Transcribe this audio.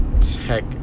tech